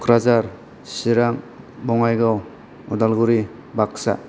Kokrajhar Chirang Bongaigaon Udalguri Baksa